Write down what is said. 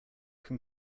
can